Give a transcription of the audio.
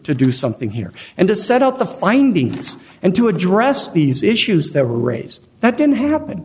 to do something here and to set up the findings and to address these issues that were raised that didn't happen